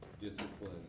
discipline